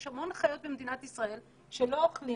יש המון חיות במדינת ישראל שלא אוכלים